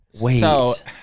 wait